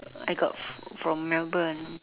I got from melbourne